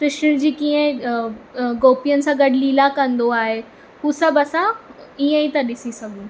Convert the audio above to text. कृष्ण जी कीअं अं अं गोपियुनि सां गॾु लीला कंदो आहे उहो सभु असां ईअं ई था ॾिसी सघूं